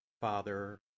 Father